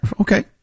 Okay